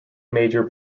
major